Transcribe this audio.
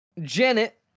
Janet